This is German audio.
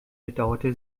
bedauerte